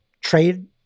trade